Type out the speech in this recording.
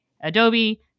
Adobe